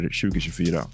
2024